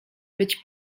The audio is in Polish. być